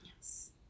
Yes